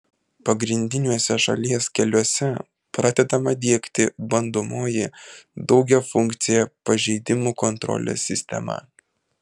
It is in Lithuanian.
pagrindiniuose šalies keliuose pradedama diegti bandomoji daugiafunkcė pažeidimų kontrolės sistema